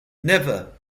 never